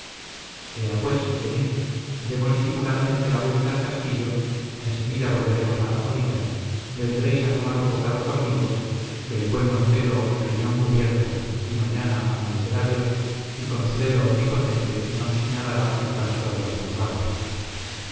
ea pues venid demos disimuladamente la vuelta al castillo en seguida volveremos a arjonilla vendréis a tomar un bocado conmigo que el buen montero riñón cubierto y mañana amanecerá dios y con su dedo omnipotente nos señalará el rastro de los malvados